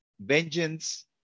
vengeance